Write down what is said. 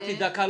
אני